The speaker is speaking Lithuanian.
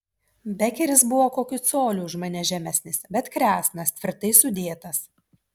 bekeris buvo kokiu coliu už mane žemesnis bet kresnas tvirtai sudėtas